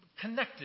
connected